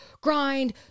grind